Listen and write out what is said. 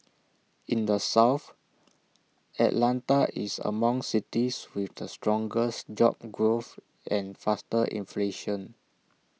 in the south Atlanta is among cities with the strongest job growth and faster inflation